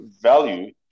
value